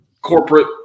corporate